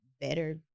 better